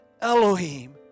Elohim